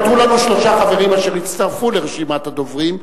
נותרו לנו שלושה חברים אשר הצטרפו לרשימת הדוברים.